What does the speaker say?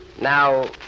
Now